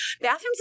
bathrooms